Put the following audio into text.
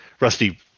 rusty